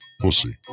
Pussy